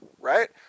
right